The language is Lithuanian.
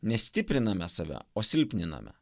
ne stipriname save o silpniname